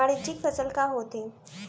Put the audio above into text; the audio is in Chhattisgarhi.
वाणिज्यिक फसल का होथे?